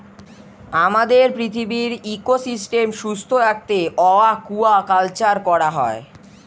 আমাদের পৃথিবীর ইকোসিস্টেম সুস্থ রাখতে অ্য়াকুয়াকালচার করা হয়